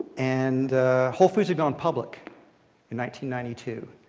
and hopefully, going public in ninety ninety two.